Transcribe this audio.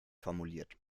formuliert